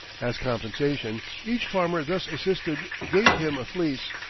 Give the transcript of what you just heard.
as compensation, each farmer thus assisted gave him a fleece.